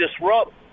disrupt